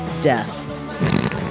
Death